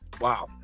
Wow